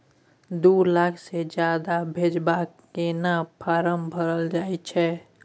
दू लाख से ज्यादा भेजबाक केना फारम भरल जाए छै?